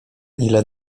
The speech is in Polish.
ile